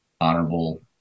honorable